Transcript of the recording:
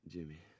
Jimmy